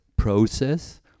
Process